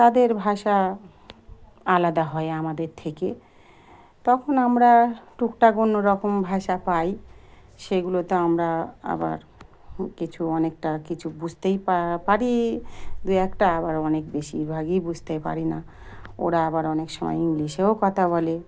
তাদের ভাষা আলাদা হয় আমাদের থেকে তখন আমরা টুকটাক অন্যরকম ভাষা পাই সেগুলোতে আমরা আবার কিছু অনেকটা কিছু বুঝতেই পারি দু একটা আবার অনেক বেশিরভাগই বুঝতে পারি না ওরা আবার অনেক সময় ইংলিশেও কথা বলে